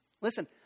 Listen